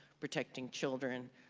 protecting children,